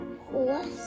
horse